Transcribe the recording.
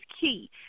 key